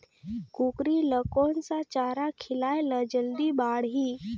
कूकरी ल कोन सा चारा खिलाय ल जल्दी बाड़ही?